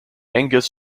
angus